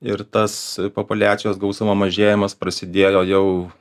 ir tas populiacijos gausumo mažėjimas prasidėjo jau